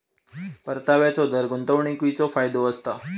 परताव्याचो दर गुंतवणीकीचो फायदो असता